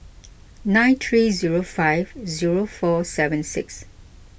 nine three zero five zero four seven six